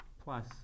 plus